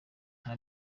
nta